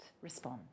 respond